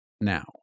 now